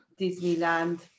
Disneyland